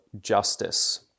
justice